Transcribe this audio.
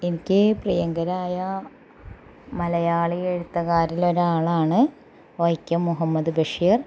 എനിക്ക് പ്രിയങ്കരായ മലയാളി എഴുത്തുകാരിലൊരാളാണ് വൈക്കം മുഹമ്മദ് ബഷീര്